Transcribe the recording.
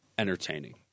Entertaining